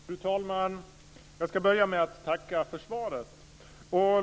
Fru talman! Jag ska börja med att tacka för svaret.